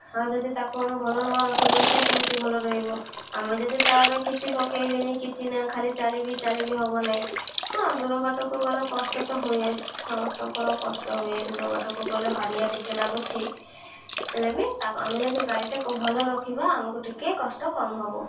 ଆମେ ଯଦି ତାକୁ ଆମେ ଭଲ ନ ରଖିବ ସେ କେମିତି ଭଲ ରହିବ ଆମେ ଯଦି ତା'ର କିଛି ପକେଇବିନି କିଛି ନା ଖାଲି ଚାଲିବି ଚାଲିବି ହେବ ନାହିଁ ହଁ ଦୂର ବାଟକୁ ଗଲେ କଷ୍ଟ ତ ହୁଏ ସମସ୍ତଙ୍କର କଷ୍ଟ ହୁଏ ଦୂର ବାଟକୁ ଗଲେ ହାଲିଆ ଟିକିଏ ଲାଗୁଛି ହେଲେ ବି ତାକୁ ଆମେ ଯଦି ଗାଡ଼ିଟାକୁ ଭଲ ରଖିବା ଆମକୁ ଟିକିଏ କଷ୍ଟ କମ୍ ହେବ